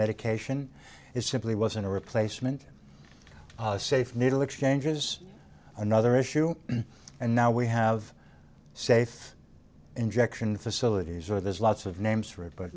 medication it simply wasn't a replacement safe needle exchange is another issue and now we have safe injection facilities or there's lots of names for it but